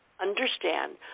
understand